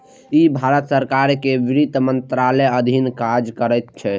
ई भारत सरकार के वित्त मंत्रालयक अधीन काज करैत छै